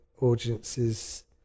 audiences